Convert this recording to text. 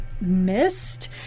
missed